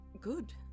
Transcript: Good